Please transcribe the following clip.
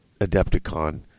Adepticon